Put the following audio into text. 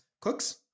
cooks